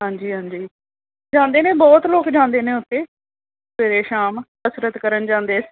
ਹਾਂਜੀ ਹਾਂਜੀ ਜਾਂਦੇ ਨੇ ਬਹੁਤ ਲੋਕ ਜਾਂਦੇ ਨੇ ਉੱਥੇ ਸਵੇਰੇ ਸ਼ਾਮ ਕਸਰਤ ਕਰਨ ਜਾਂਦੇ